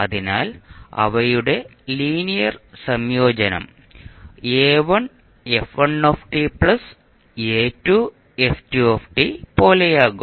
അതിനാൽ അവയുടെ ലീനിയർ സംയോജനം പോലെയാകും